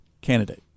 candidate